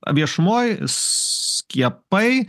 viešumoj skiepai